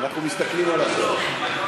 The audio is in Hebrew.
אנחנו מסתכלים על השעון.